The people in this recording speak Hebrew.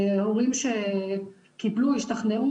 הורים שקיבלו והשתכנעו,